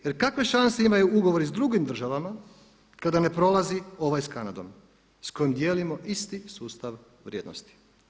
Jer kakve šanse imaju ugovori s drugim državama kada ne prolazi ovaj sa Kanadom s kojom dijelimo isti sustav vrijednosti.